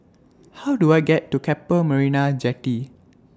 How Do I get to Keppel Marina Jetty